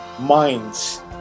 minds